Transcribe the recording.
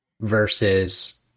versus